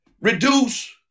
reduce